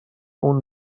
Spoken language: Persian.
اون